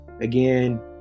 Again